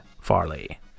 farley